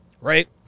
right